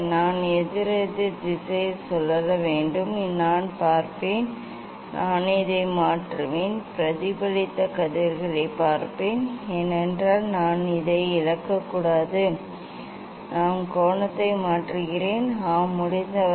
நான் எதிரெதிர் திசையில் சுழல வேண்டும் நான் பார்ப்பேன் நான் இதை மாற்றுவேன் பிரதிபலித்த கதிர்களைப் பார்ப்பேன் ஏனென்றால் நான் இதை இழக்கக்கூடாது நான் கோணத்தை மாற்றுகிறேன் ஆம் முடிந்தவரை